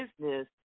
business